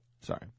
Sorry